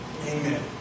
Amen